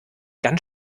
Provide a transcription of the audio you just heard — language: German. ganz